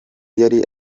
yari